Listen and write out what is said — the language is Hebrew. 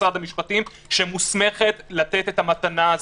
במשרד המשפטים שמוסמכת לתת את המתנה הזאת.